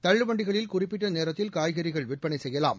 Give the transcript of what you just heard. தள்ளு வண்டிகளில் குறிப்பிட்ட நேரத்தில் காய்கறிகள் விற்பனை செய்யலாம்